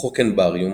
חוקן בריום,